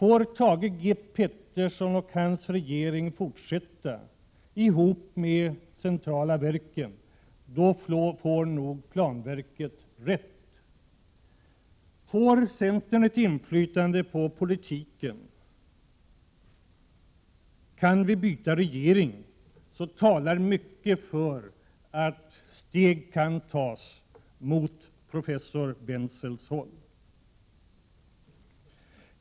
Om Thage G Peterson och hans regering tillsammans med de centrala verken får fortsätta, då får nog planverket rätt. Om centern får ett inflytande på politiken, om vi kan byta regering, talar mycket för att steg kan tas i riktning mot den utveckling som professor Bentzel beskrivit.